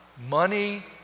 Money